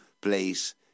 place